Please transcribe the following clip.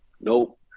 Nope